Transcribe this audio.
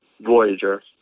Voyager